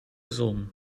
zon